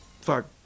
fuck